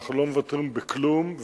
אנחנו לא מוותרים בכלום.